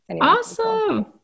Awesome